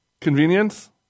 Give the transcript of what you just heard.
convenience